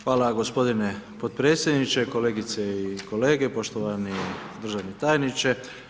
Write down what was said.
Hvala g. potpredsjedniče, kolegice i kolege, poštovani državni tajniče.